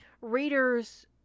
readers